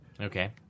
Okay